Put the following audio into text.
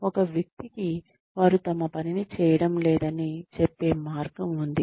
ఒక వ్యక్తికి వారు తమ పనిని చేయడం లేదని చెప్పే మార్గం ఉంది